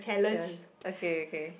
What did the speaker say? that one okay okay